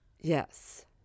yes